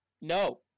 No